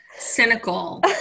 cynical